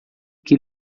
que